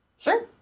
Sure